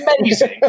Amazing